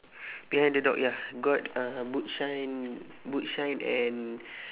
behind the dog ya got uh boot shine boot shine and